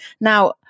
Now